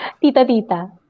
Tita-tita